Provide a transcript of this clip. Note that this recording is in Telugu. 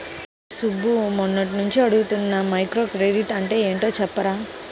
రేయ్ సుబ్బు, మొన్నట్నుంచి అడుగుతున్నాను మైక్రోక్రెడిట్ అంటే యెంటో కొంచెం చెప్పురా